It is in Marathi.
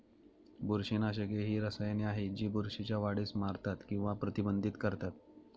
बुरशीनाशके ही रसायने आहेत जी बुरशीच्या वाढीस मारतात किंवा प्रतिबंधित करतात